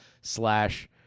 slash